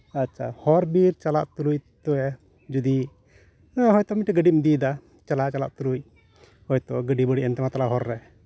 ᱟᱪᱪᱷᱟ ᱦᱚᱨ ᱵᱤᱨ ᱪᱟᱞᱟᱜ ᱛᱩᱞᱩᱡ ᱚᱠᱛᱚ ᱨᱮ ᱡᱩᱫᱤ ᱤᱱᱟᱹ ᱦᱳᱭᱛᱳ ᱢᱤᱫᱴᱮᱱ ᱜᱟᱹᱰᱤᱢ ᱤᱫᱤᱭᱫᱟ ᱪᱟᱞᱟᱣ ᱪᱟᱞᱟᱜ ᱛᱩᱞᱩᱡ ᱦᱳᱭᱛᱳ ᱜᱟᱹᱰᱤ ᱵᱟᱹᱲᱤᱡ ᱮᱱ ᱛᱟᱢᱟ ᱛᱟᱞᱦᱮ ᱦᱚᱨ ᱨᱮ